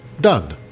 done